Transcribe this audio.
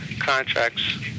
contracts